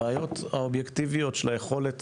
הבעיות האובייקטיביות של היכולת